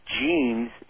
genes